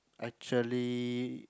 actually